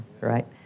right